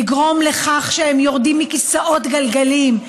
לגרום לכך שהם יורדים מכיסאות גלגלים,